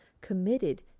committed